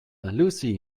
lucy